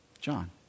John